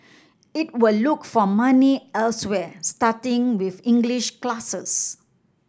it will look for money elsewhere starting with English classes